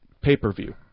pay-per-view